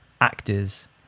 actors